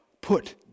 put